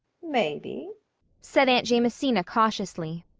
maybe, said aunt jamesina cautiously.